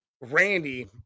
Randy